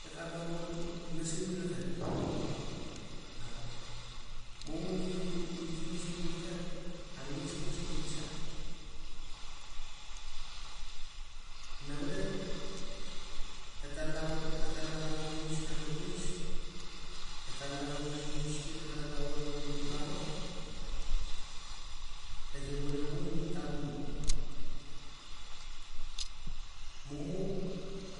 Ekapnabar nasemi lakep a mumu mi mitino se lakep a nges nges be tsak havare etalur etlaro misna mi kepnits etalavure mi biscuit etlavare mi flour eter vove mu mat a vono mumu